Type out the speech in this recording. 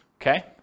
okay